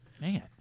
Man